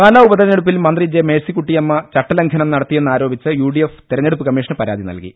പാലാ ഉപതെരഞ്ഞെടുപ്പിൽ മന്ത്രി ജെ മേഴ്സിക്കുട്ടിയമ്മ ചട്ടലംഘനം നടത്തിയെന്നാരോപിച്ച് യു ഡി എഫ് തെരഞ്ഞെ ടുപ്പ് കമ്മീഷന് പരാതി നൽകി